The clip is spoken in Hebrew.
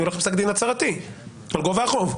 אני הולך לפסק דין הצהרתי על גובה החוב.